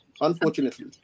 unfortunately